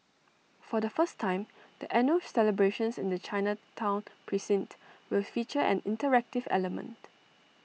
for the first time the annual celebrations in the Chinatown precinct will feature an interactive element